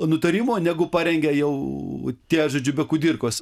nutarimo negu parengė jau ties žodžiu be kudirkos